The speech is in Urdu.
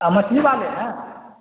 آپ مچھلی والے ہیں